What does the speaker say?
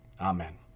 Amen